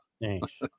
Thanks